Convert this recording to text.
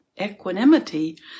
equanimity